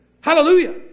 Hallelujah